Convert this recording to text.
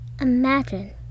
imagine